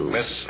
Miss